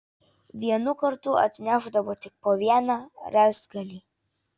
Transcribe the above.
vienu kartu atnešdavo tik po vieną rąstgalį